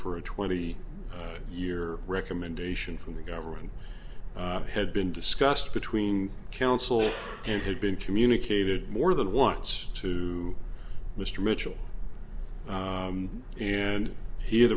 for a twenty year recommendation from the government had been discussed between counsel and had been communicated more than once to mr mitchell and he